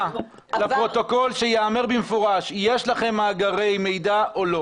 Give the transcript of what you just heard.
ושייאמר לפרוטוקול במפורש האם יש לכם מאגרי מידע או לא